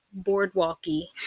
boardwalky